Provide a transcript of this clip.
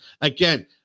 Again